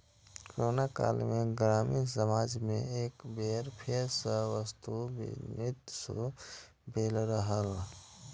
corona काल मे ग्रामीण समाज मे एक बेर फेर सं वस्तु विनिमय शुरू भेल रहै